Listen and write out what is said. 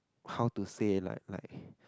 how to say like like